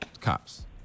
cops